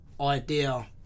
idea